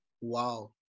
Wow